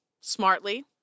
smartly